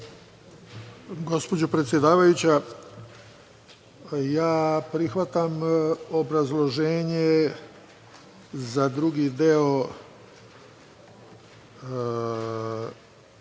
Gospođo predsedavajuća, ja prihvatam obrazloženje za drugi deo